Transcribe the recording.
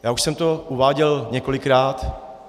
Já už jsem to uváděl několikrát.